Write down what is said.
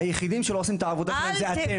היחידים שלא עושים את העבודה זה אתם,